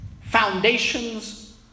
foundations